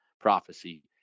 prophecy